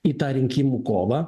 į tą rinkimų kovą